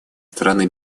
стороны